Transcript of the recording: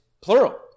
plural